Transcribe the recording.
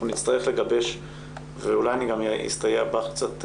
נצטרך לגבש ואולי אני גם אסתייע בך קצת,